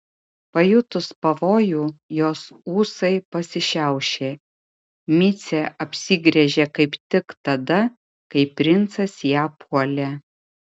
pajutus pavojų jos ūsai pasišiaušė micė apsigręžė kaip tik tada kai princas ją puolė